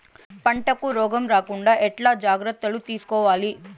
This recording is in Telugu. పంటకు రోగం రాకుండా ఎట్లా జాగ్రత్తలు తీసుకోవాలి?